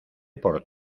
por